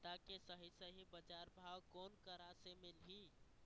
आदा के सही सही बजार भाव कोन करा से मिलही?